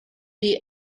chi